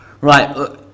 Right